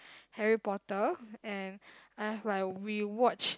Harry Potter and I have like rewatched